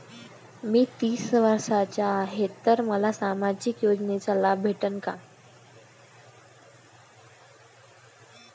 मी तीस वर्षाचा हाय तर मले सामाजिक योजनेचा लाभ भेटन का?